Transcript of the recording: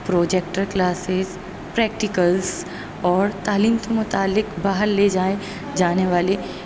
projector classes practicals اور تعلیم کے متعلق باہر لے جائے جانے والے